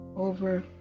over